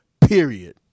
period